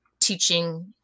teaching